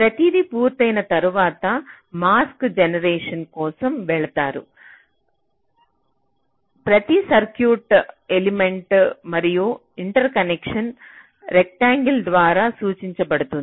ప్రతిదీ పూర్తయిన తర్వాత మాస్క్ జనరేషన్ కోసం వెళతారు ప్రతి సర్క్యూట్ ఎలిమెంట్ మరియు ఇంటర్కనెక్షన్ రెక్టాంగిల్ ద్వారా సూచించబడుతుంది